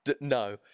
no